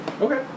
Okay